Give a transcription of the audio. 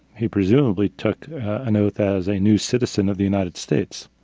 he presumably took an oath as a new citizen of the united states.